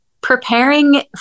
preparing